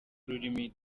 urumuri